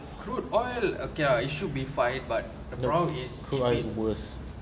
crude oil okay ah it should be fine but the problem is if it